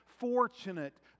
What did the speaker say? fortunate